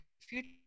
future